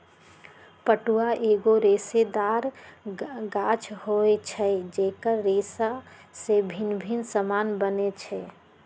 पटुआ एगो रेशेदार गाछ होइ छइ जेकर रेशा से भिन्न भिन्न समान बनै छै